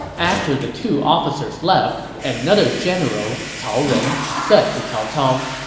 after the two officers left, another general, cao ren, said to cao cao,